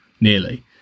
nearly